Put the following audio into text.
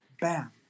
Bam